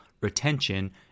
retention